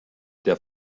der